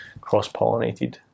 cross-pollinated